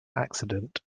accident